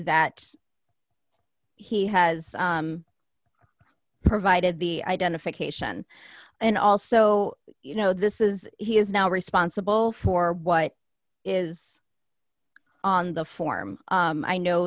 that he has provided the identification and also you know this is he is now responsible for what is on the form i know